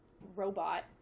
robot